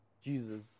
Jesus